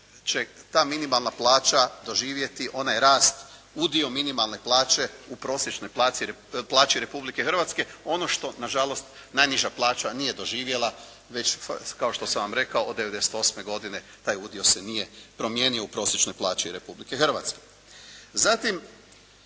će ta minimalna plaća doživjeti onaj rast udio minimalne plaće u prosječnoj plaći Republike Hrvatske. Ono što nažalost najniža plaća nije doživjela već kao što sam vam rekao od 1998. godine taj udio se nije promijenio u prosječnoj plaći Republike Hrvatske.